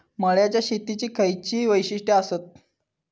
मळ्याच्या शेतीची खयची वैशिष्ठ आसत?